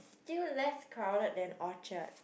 still less crowded than Orchard